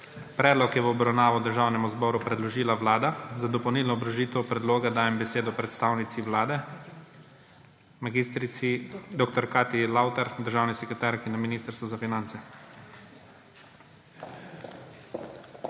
Predlog je v obravnavo Državnemu zboru predložila Vlada. Za dopolnilno obrazložitev predloga dajem besedo predstavnici Vlade dr. Katji Lavtar, državni sekretarki na Ministrstvu za finance.